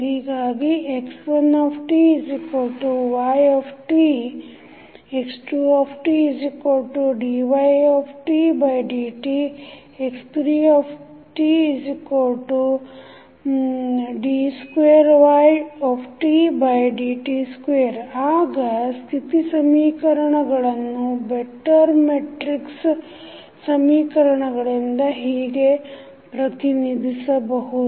ಹೀಗಾಗಿ x1ty x2tdydt x3td2ydt2 ಆಗ ಸ್ಥಿತಿ ಸಮೀಕರಣಗಳನ್ನು ಬೆಟ್ಟರ್ ಮೆಟ್ರಿಕ್ಸ್ ಸಮೀಕರಣಗಳಿಂದ ಹೀಗೆ ಪ್ರತಿನಿಧಿಸಬಹುದು